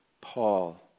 Paul